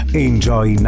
enjoy